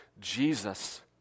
Jesus